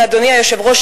אדוני היושב-ראש,